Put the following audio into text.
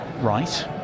right